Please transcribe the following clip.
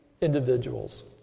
individuals